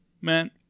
man